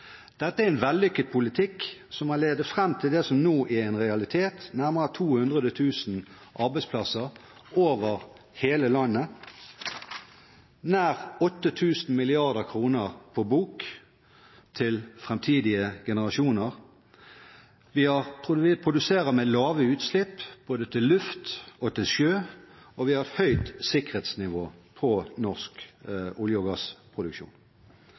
Dette er en vellykket politikk som har ledet fram til det som nå er en realitet: nærmere 200 000 arbeidsplasser over hele landet nær 8 000 mrd. kr på bok til framtidige generasjoner Vi produserer med lave utslipp, både til luften og til sjøen, og vi har et høyt sikkerhetsnivå på norsk olje- og gassproduksjon.